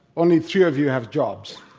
only three of you have jobs.